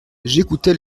j’écoutais